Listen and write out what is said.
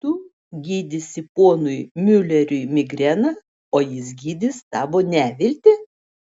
tu gydysi ponui miuleriui migreną o jis gydys tavo neviltį